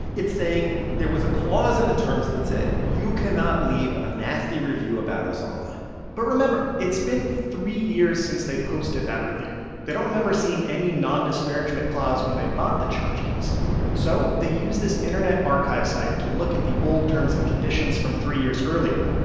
it's saying there was a clause in the terms that said, you cannot leave a nasty review about us online but remember. it's been three years since they posted that review. they don't remember seeing any non-disparagement clause when they bought the tchotchkes, so they use this internet archive site to look at the old terms and conditions from three years earlier.